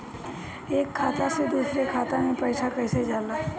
एक खाता से दूसर खाता मे पैसा कईसे जाला?